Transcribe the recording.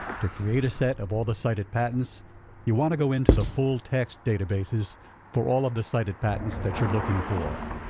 to create a set of all the cited patents you want to go into the full text databases for all of the cited patents that you're looking for.